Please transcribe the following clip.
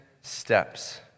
steps